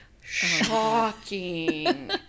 Shocking